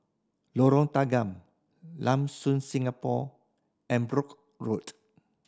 Lorong Tanggam Lam Soon Singapore and Brooke Road